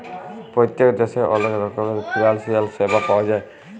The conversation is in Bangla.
পত্তেক দ্যাশে অলেক রকমের ফিলালসিয়াল স্যাবা পাউয়া যায়